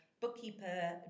bookkeeper